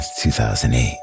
2008